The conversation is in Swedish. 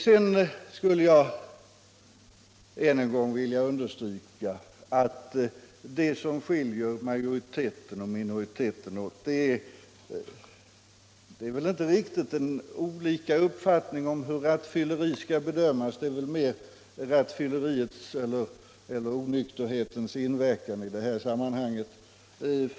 Sedan skulle jag än en gång vilja understryka att det som skiljer majoritet och minoritet åt inte är olika uppfattning om hur rattfylleri skall bedömas utan mer onykterhetens inverkan i det här sammanhanget.